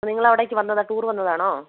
നിങ്ങൾ അവടേയ്ക്ക് വന്നതാ ടൂർ വന്നതാണോ